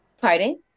Pardon